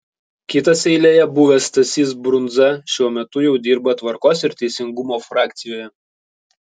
kitas eilėje buvęs stasys brundza šiuo metu jau dirba tvarkos ir teisingumo frakcijoje